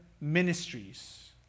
ministries